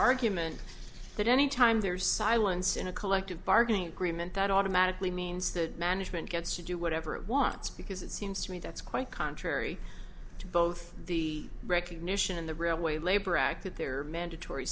argument that any time there's silence in a collective bargaining agreement that automatically means that management gets to do whatever it wants because it seems to me that's quite contrary to both the recognition and the railway labor act that there are mandatory